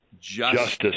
justice